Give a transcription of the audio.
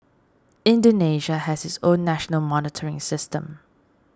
Indonesia has its own national monitoring system